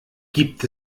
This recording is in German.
gibt